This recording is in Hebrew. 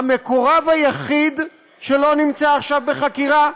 המקורב היחיד שלא נמצא עכשיו בחקירה?